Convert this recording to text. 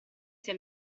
sia